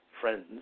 friends